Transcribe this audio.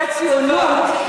על הציונות,